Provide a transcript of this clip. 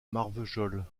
marvejols